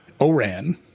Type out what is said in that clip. ORAN